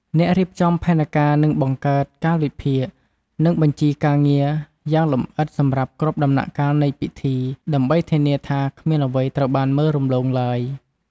អ្នករៀបចំផែនការនឹងបង្កើតកាលវិភាគ និងបញ្ជីការងារយ៉ាងលម្អិតសម្រាប់គ្រប់ដំណាក់កាលនៃពិធី ដើម្បីធានាថាគ្មានអ្វីត្រូវបានមើលរំលងឡើយ។